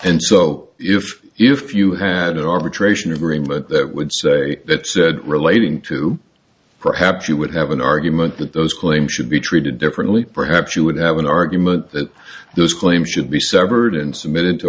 and so if if you had an arbitration agreement that would say that said relating to perhaps you would have an argument that those claims should be treated differently perhaps you would have an argument that those claims should be severed and submitted to